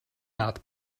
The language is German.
naht